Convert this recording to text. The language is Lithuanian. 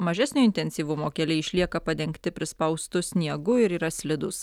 mažesnio intensyvumo keliai išlieka padengti prispaustu sniegu ir yra slidūs